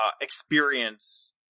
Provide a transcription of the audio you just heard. experience